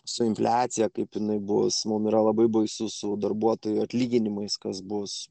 su infliacija kaip jinai bus mums yra labai baisu su darbuotojų atlyginimais kas bus